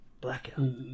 Blackout